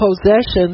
possessions